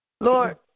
Lord